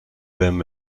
them